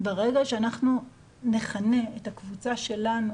ברגע שאנחנו נכנה את הקבוצה שלנו